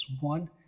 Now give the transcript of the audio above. One